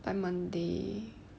by monday